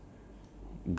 um